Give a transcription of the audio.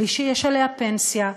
בלי שיש עליה פנסיה,